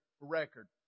record